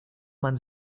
man